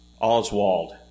Oswald